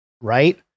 right